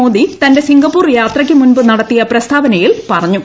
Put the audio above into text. മോദി തന്റെ സിംഗപ്പൂർ യാത്രയ്ക്ക് മുൻപ് നടത്തിയ പ്രസ്താവനയിൽ പറഞ്ഞു